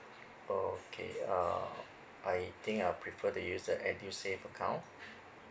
okay uh I think I'll prefer to use the edusave account